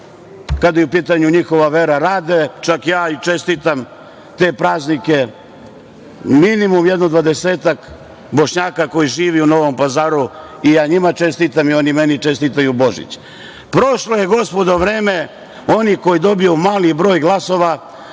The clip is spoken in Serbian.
kada je u pitanju njihova vera rade. Čestitam te praznik minimum jedno dvadesetak Bošnjaka koji žive u Novom Pazar, i ja njima čestitim i oni meni čestitaju Božić. Prošlo je, gospodo, vreme onih koji dobiju mali broj glasova